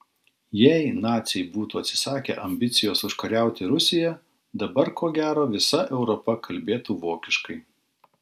jei naciai būtų atsisakę ambicijos užkariauti rusiją dabar ko gero visa europa kalbėtų vokiškai